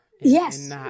Yes